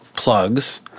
Plugs